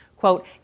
Quote